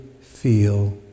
feel